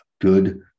good